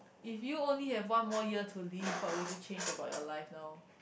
if you only have one more year to live what would you change about your life now